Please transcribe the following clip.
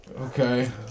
Okay